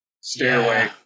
stairway